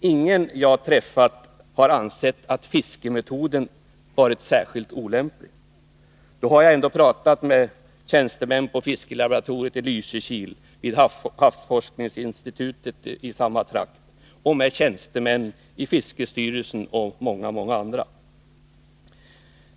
Ingen jag träffat har ansett att fiskemetoden är särskilt olämplig. Då har jag ändå talat med tjänstemännen på fiskelaboratoriet i Lysekil, vid havsforskningsinstitutet i samma trakt, med tjänstemän i fiskeristyrelsen och med många andra.